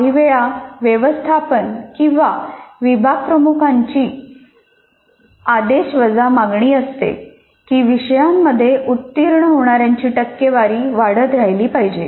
काहीवेळा व्यवस्थापन किंवा विभागप्रमुखांची आदेशवजा मागणी असते की विषयांमध्ये उत्तीर्ण होणाऱ्यांची टक्केवारी वाढत राहिली पाहिजे